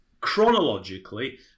chronologically